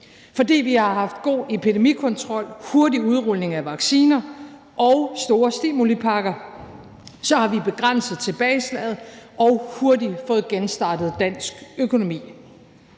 Fordi vi har haft god epidemikontrol, hurtig udrulning af vacciner og store stimulipakker, har vi begrænset tilbageslaget og hurtigt fået genstartet dansk økonomi.